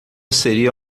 seria